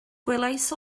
gwelais